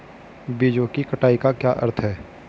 बीजों की कटाई का क्या अर्थ है?